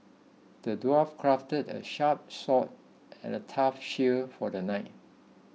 the dwarf crafted a sharp sword and a tough shield for the knight